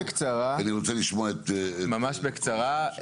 כן, ממש בקצרה.